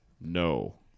no